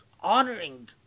honoring